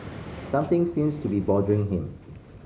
something seems to be bothering him